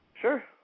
Sure